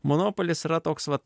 monopolis yra toks vat